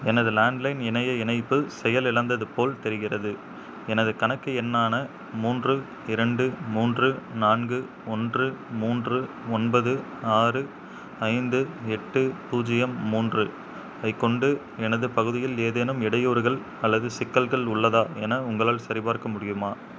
எனது லேண்ட்லைன் இணைய இணைப்பு செயலிழந்தது போல் தெரிகின்றது எனது கணக்கு எண்ணான மூன்று இரண்டு மூன்று நான்கு ஒன்று மூன்று ஒன்பது ஆறு ஐந்து எட்டு பூஜ்ஜியம் மூன்று ஐக் கொண்டு எனது பகுதியில் ஏதேனும் இடையூறுகள் அல்லது சிக்கல்கள் உள்ளதா என உங்களால் சரிபார்க்க முடியுமா